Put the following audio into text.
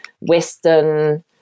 Western